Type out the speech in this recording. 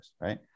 right